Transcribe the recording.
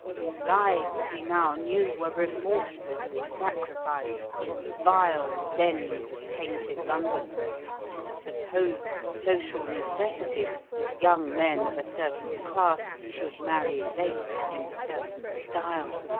whose lives he now knew were remorselessly sacrificed in vile dens of tainted london to the supposed social necessity that young men of a certain class should marry late in a certain style,